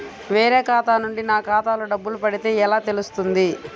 వేరే ఖాతా నుండి నా ఖాతాలో డబ్బులు పడితే ఎలా తెలుస్తుంది?